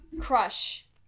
crush